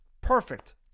Perfect